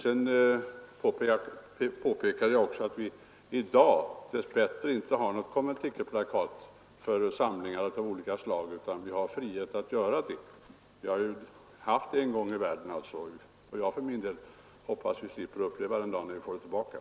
Jag påpekade också att vi i dag dess bättre inte har något konventikelplakat beträffande samlingar av olika slag utan har frihet på den punkten. Vi har haft ett sådant en gång i världen, och jag för min del hoppas slippa uppleva den dag då vi får det tillbaka.